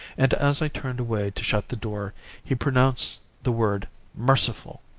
and as i turned away to shut the door he pronounced the word merciful!